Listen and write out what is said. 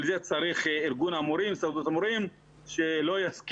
כך צריך את הסכמת ארגון המורים ואני חושב שהם לא יסכימו.